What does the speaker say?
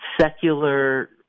secular